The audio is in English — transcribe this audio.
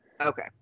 Okay